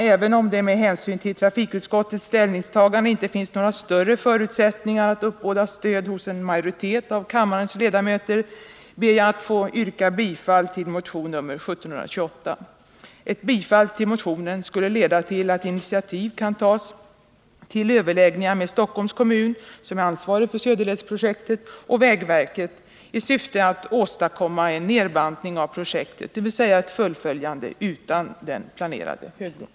Även om det med hänsyn till trafikutskottets ställningstagande inte finns några större förutsättningar att uppbåda stöd hos en majoritet av kammarens ledamöter ber jag att få yrka bifall till motionen nr 1728. Ett bifall till motionen skulle leda till att initiativ kan tas till överläggningar med Stockholms kommun — som är ansvarig för Söderledsprojektet — och vägverket i syfte att åstadkomma en nedbantning av projektet, dvs. ett fullföljande utan den planerade högbron.